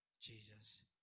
Jesus